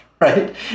right